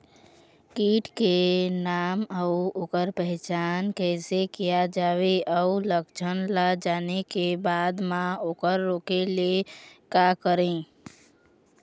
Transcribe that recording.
कीट के नाम अउ ओकर पहचान कैसे किया जावे अउ लक्षण ला जाने के बाद मा ओकर रोके ले का करें?